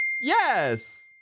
Yes